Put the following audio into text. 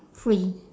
free